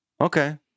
Okay